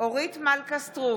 אורית מלכה סטרוק,